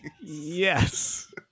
Yes